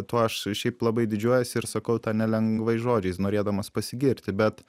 tuo aš šiaip labai didžiuojuosi ir sakau tą nelengvais žodžiais norėdamas pasigirti bet